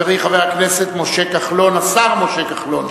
חברי השר משה כחלון,